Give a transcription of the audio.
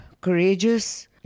courageous